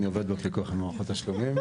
אני עובד בפיקוח על מערכות תשלומים,